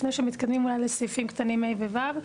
לפני שמתקדמים לסעיפים הקטנים (ה) ו-(ו),